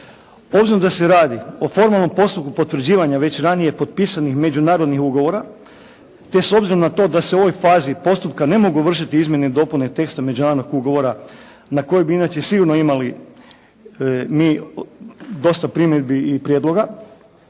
Obzirom da se radi o formalnom postupku potvrđivanja već ranije potpisanih međunarodnih ugovora te s obzirom na to da se u ovoj fazi postupka ne mogu vršiti izmjene i dopune teksta međunarodnog ugovora na kojeg bi sigurno imali mi dosta primjedbi i prijedloga